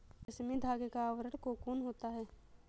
रेशमी धागे का आवरण कोकून होता है